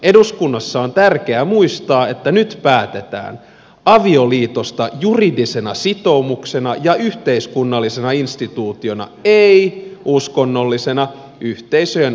eduskunnassa on tärkeää muistaa että nyt päätetään avioliitosta juridisena sitoumuksena ja yhteiskunnallisena instituutiona ei uskonnollisten yhteisöjen avioliittokäsityksestä